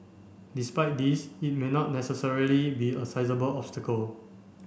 despite this it may not necessarily be a sizeable obstacle